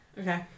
Okay